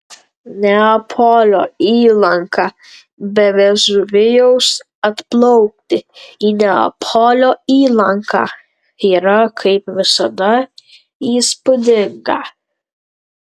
neapolio įlanka be vezuvijaus atplaukti į neapolio įlanką yra kaip visada įspūdinga